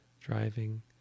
driving